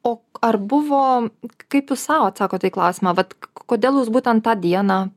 o ar buvo kaip jūs sau atsakote į klausimą vat kodėl jūs būtent tą dieną